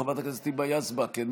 חברת הכנסת היבה יזבק,